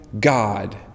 God